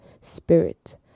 spirit